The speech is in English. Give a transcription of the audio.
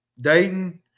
Dayton